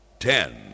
Ten